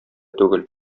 түгел